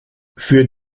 für